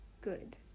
good